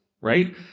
right